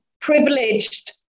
privileged